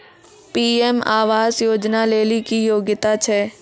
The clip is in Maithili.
पी.एम आवास योजना लेली की योग्यता छै?